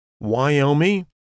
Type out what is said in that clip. Wyoming